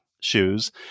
shoes